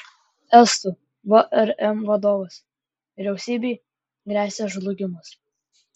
estų vrm vadovas vyriausybei gresia žlugimas